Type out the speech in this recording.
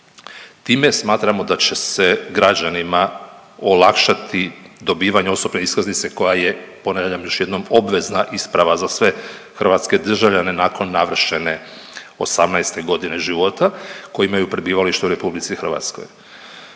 Time smatramo da će se građanima olakšati dobivanje osobne iskaznice koja je, ponavljam još jednom, obvezna isprava za sve hrvatske državljane nakon navršene 18. godine života koji imaju prebivalište u RH. Jednako